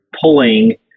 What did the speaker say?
pulling